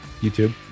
YouTube